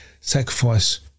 sacrifice